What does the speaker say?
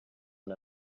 and